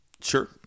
Sure